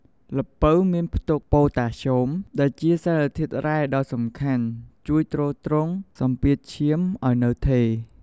ល្ពៅមានផ្ទុក ប៉ូតាស្យូម ដែលជាសារធាតុរ៉ែដ៏សំខាន់ជួយគ្រប់គ្រងសម្ពាធឈាមឲ្យនៅថេរ។